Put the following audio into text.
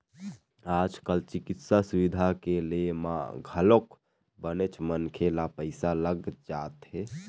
आज कल चिकित्सा सुबिधा के ले म घलोक बनेच मनखे ल पइसा लग जाथे